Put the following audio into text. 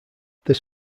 this